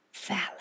valid